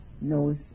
knows